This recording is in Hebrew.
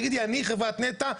תגידי 'אני חברת נת"ע,